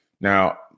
Now